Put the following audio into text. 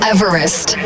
Everest